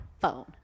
phone